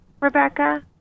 Rebecca